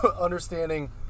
understanding